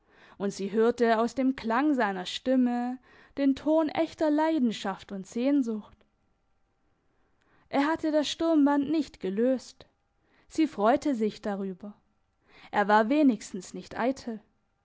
und sie hörte aus dem klang seiner stimme den ton echter leidenschaft und sehnsucht er hatte das sturmband nicht gelöst sie freute sich darüber er war wenigstens nicht eitel